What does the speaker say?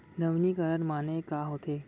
नवीनीकरण माने का होथे?